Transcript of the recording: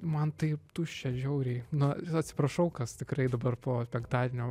man taip tuščia žiauriai na atsiprašau kas tikrai dabar po penktadienio